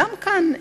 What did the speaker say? וגם כאן,